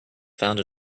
found